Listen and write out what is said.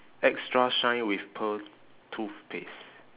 extra shine with pearl toothpaste